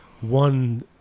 one